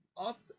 up